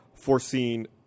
foreseen